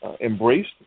embraced